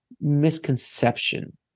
misconception